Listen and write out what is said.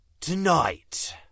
Tonight